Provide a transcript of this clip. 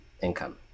Income